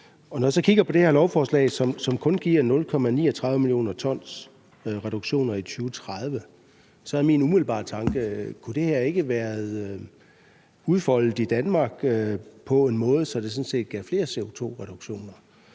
når jeg så kigger på det her lovforslag, som kun giver 0,39 mio. t reduktioner i 2030, er min umiddelbare tanke: Kunne det her ikke blive udfoldet i Danmark på en måde, så det sådan set gav flere CO2-reduktioner?